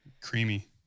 Creamy